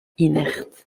inerte